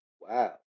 Wow